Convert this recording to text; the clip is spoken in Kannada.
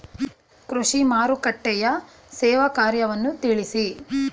ಕೃಷಿ ಮಾರುಕಟ್ಟೆಯ ಸೇವಾ ಕಾರ್ಯವನ್ನು ತಿಳಿಸಿ?